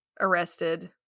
arrested